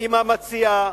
עם המציעה,